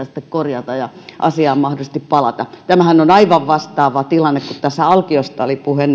sitten korjata ja asiaan mahdollisesti palata tämähän on aivan vastaava tilanne kun tässä alkiosta oli puhe